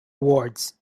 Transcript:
awards